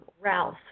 Ralph